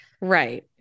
right